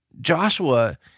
Joshua